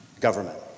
government